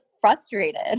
frustrated